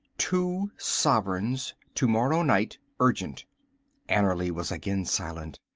two sovereigns, to-morrow night, urgent annerly was again silent.